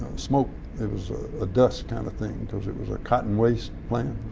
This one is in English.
smoke it was a dust kind of thing because it was a cotton waste plant.